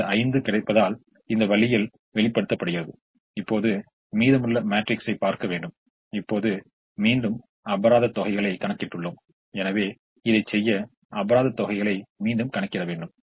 எனவே இது 25 ஆக மாறும் இது 0 ஆக மாறும் இது 5 25 30 ஆக மாறும் மேலும் இந்த 30 25 என்பது 5 ஆகும் அதுபோல இந்த 10 25 என்பது 35 ஆகும் மற்றும் 30 25 என்பது 5 ஆக மாறும்